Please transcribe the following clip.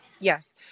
Yes